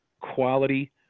quality